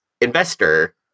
investor